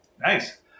Nice